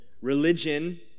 religion